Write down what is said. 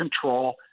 control